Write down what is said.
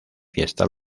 fiesta